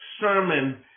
sermon